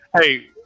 Hey